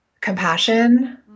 compassion